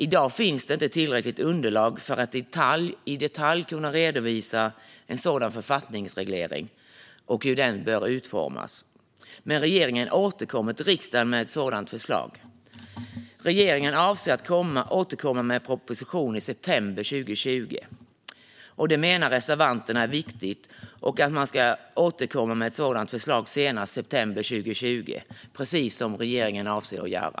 I dag finns det inte tillräckligt underlag för att i detalj kunna redovisa hur en sådan författningsreglering bör utformas, men regeringen återkommer till riksdagen med ett sådant förslag. Regeringen avser att återkomma med en proposition i september 2020. Reservanterna menar att det är viktigt att återkomma med ett förslag senast i september 2020, precis som regeringen avser att göra.